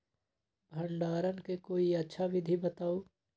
भंडारण के कोई अच्छा विधि बताउ?